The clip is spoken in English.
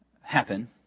happen